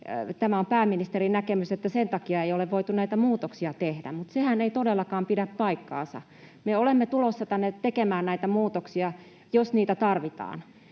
tämä on pääministerin näkemys, että sen takia ei ole voitu näitä muutoksia tehdä, mutta sehän ei todellakaan pidä paikkaansa. Me olemme tulossa tänne tekemään näitä muutoksia, jos niitä tarvitaan.